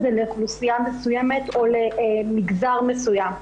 זה לאוכלוסייה מסוימת או מגזר מסוים.